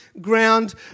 ground